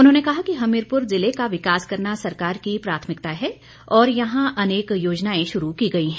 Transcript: उन्होंने कहा कि हमीरपुर ज़िले का विकास करना सरकार की प्राथमिकता है और यहां अनेक योजनाएं शुरू की गई हैं